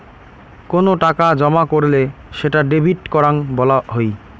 কোনো টাকা জমা করলে সেটা ডেবিট করাং বলা হই